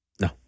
No